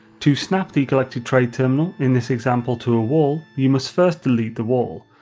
to snap the galactic trade terminal, in this example to a wall, you must first delete the wall,